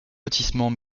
lotissement